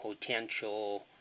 potential